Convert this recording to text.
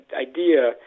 idea